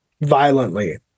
violently